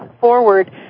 forward